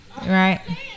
Right